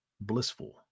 blissful